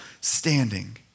standing